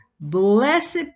blessed